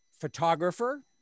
photographer